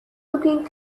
looking